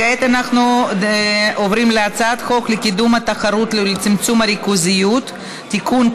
כעת אנחנו עוברים להצעת חוק לקידום התחרות ולצמצום הריכוזיות (תיקון,